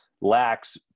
lacks